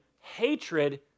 hatred